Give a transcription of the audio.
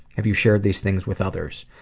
have you shared these things with others?